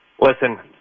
Listen